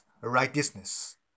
righteousness